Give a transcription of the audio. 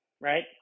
Right